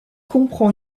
comprend